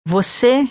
Você